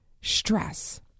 Stress